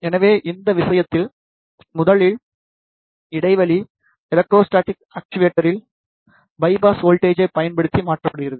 எனவே இந்த விஷயத்தில் முதலில் இடைவெளி எலெக்ட்ரோஸ்டாடிக் ஆக்சுவேட்டரில் பையாஸ் வோல்ட்டேஜை பயன்படுத்தி மாற்றப்படுகிறது